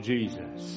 Jesus